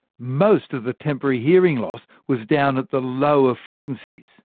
most of the temporary hearing loss was down at the lower frequencies.